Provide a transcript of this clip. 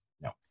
no